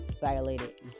violated